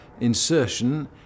insertion